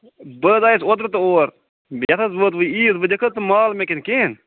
بہٕ حظ آیاس اوترٕ تہٕ اور بیٚیہِ حظ ووت وۅنۍ عیٖذ وۅنۍ دِکھ حظ ژٕمال مےٚ کِنہٕ کِہیٖنٛۍ